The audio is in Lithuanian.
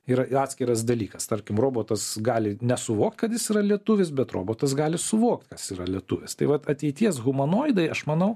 yra atskiras dalykas tarkim robotas gali nesuvokt kad jis yra lietuvis bet robotas gali suvokt kas yra lietuvis tai vat ateities humanoidai aš manau